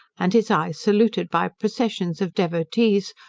and his eyes saluted by processions of devotees,